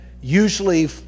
usually